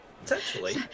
potentially